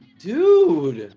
dude